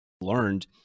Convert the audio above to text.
learned